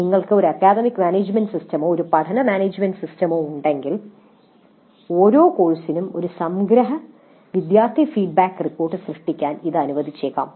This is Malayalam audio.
നിങ്ങൾക്ക് ഒരു അക്കാദമിക് മാനേജുമെന്റ് സിസ്റ്റമോ ഒരു പഠന മാനേജുമെന്റ് സിസ്റ്റമോ ഉണ്ടെങ്കിൽ ഓരോ കോഴ്സിനും ഒരു സംഗ്രഹവിദ്യാർത്ഥിഫീഡ്ബാക്ക് റിപ്പോർട്ട് സൃഷ്ടിക്കാൻ ഇത് അനുവദിച്ചേക്കാം